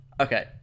okay